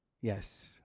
yes